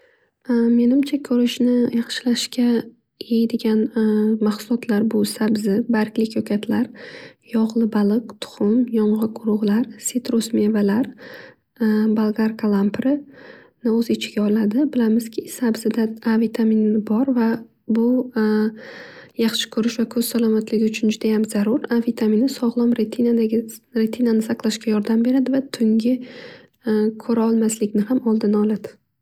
Menimcha ko'rishni yaxshilashga yeydigan mahsulotlar bu sabzi, bargli ko'katlar, yog'li baliq, tuxum, yong'oq urug'lar, sitrus mevalar, bolgar kalamprini o'z ichiga oladi. Bilamizki, sabzida A vitamini bor va bu yaxshi ko'rish va ko'z salomatligi uchun juda zarur. A vitamini sog'lom ritinadagi ritinani saqlashga yordam beradi va tungi ko'raolmaslikni ham oldini oladi.